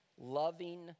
loving